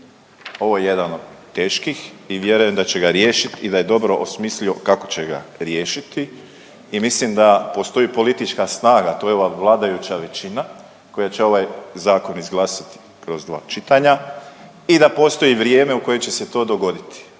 Ovo je jedan od teških i vjerujem da će ga riješit i da je dobro osmislio kako će ga riješiti. I mislim da postoji politička snaga to je ova vladajuća većina koja će ovaj zakon izglasati kroz dva čitanja i da postoji vrijeme u kojem će se to dogoditi.